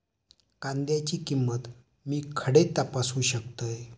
कांद्याची किंमत मी खडे तपासू शकतय?